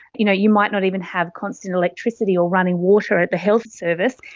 you know you might not even have constant electricity or running water at the health service,